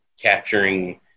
capturing